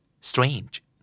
Strange